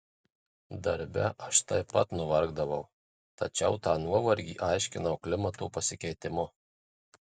darbe aš taip pat nuvargdavau tačiau tą nuovargį aiškinau klimato pasikeitimu